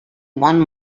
one